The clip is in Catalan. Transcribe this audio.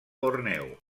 borneo